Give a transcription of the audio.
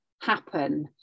happen